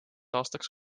aastaks